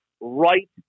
right